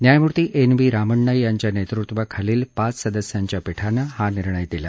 न्यायमूर्ती N V Ramana यांच्या नेतृत्वाखालील पाच सदस्यांच्या पीठानं हा निर्णय दिला